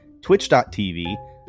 twitch.tv